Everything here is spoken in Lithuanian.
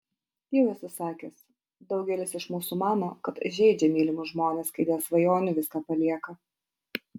jau esu sakęs daugelis iš mūsų mano kad žeidžia mylimus žmones kai dėl svajonių viską palieka